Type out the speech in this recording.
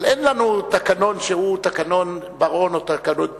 אבל אין לנו תקנון שהוא תקנון בר-און או תקנון טיבי.